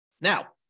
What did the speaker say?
Now